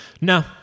No